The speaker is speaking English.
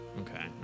Okay